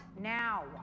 now